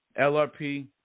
LRP